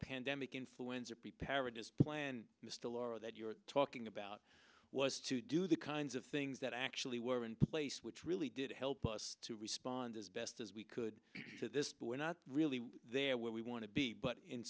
pandemic influenza preparedness plan mr laro that you're talking about was to do the kinds of things that actually were in place which really did help us to respond as best as we could to this but we're not really there where we want to be but in